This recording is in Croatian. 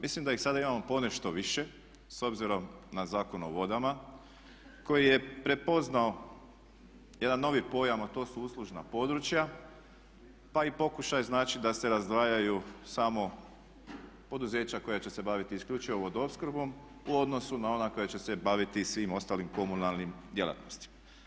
Mislim da ih sada imamo ponešto više s obzirom na Zakon o vodama koji je prepoznao jedan novi pojam a to su uslužna područja, pa i pokušaj znači da se razdvajaju samo poduzeća koja će se baviti isključivo vodoopskrbom u odnosu na ona koja će se baviti svim ostalim komunalnim djelatnostima.